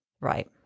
Right